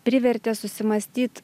privertė susimąstyt